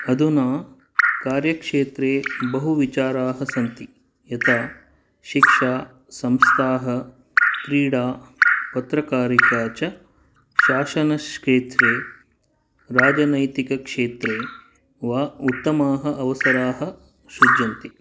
अधुना कार्यक्षेत्रे बहु विचाराः सन्ति यथा शिक्षा संस्थाः क्रीडा पत्रकारिका च शासनस् क्षेत्रे राजनैतिक क्षेत्रे वा उत्तमाः अवसराः सृज्यन्ति